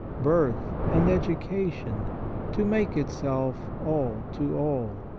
birth, and education to make itself all to all.